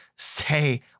say